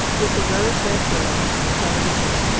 with the rose-red girl, stella maynard,